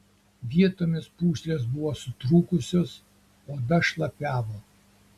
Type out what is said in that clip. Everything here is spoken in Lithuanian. vietomis pūslės buvo sutrūkusios oda šlapiavo